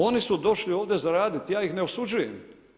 Oni su došli ovdje zaraditi, ja ih ne osuđujem.